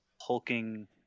hulking